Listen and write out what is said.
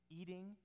eating